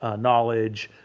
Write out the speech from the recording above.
ah knowledge,